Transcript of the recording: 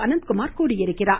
அனந்த்குமார் தெரிவித்துள்ளார்